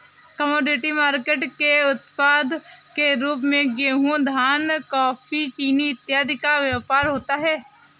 commodity market के उत्पाद के रूप में गेहूं धान कॉफी चीनी इत्यादि का व्यापार होता है